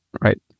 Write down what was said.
right